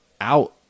Out